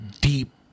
deep